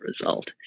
result